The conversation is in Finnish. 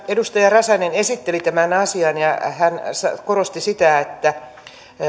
edustaja räsänen esitteli tämän asian ja hän korosti sitä että